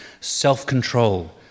self-control